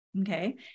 okay